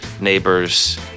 neighbors